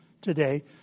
today